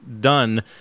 done